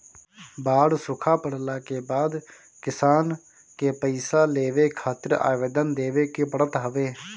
बाढ़ सुखा पड़ला के बाद किसान के पईसा लेवे खातिर आवेदन देवे के पड़त हवे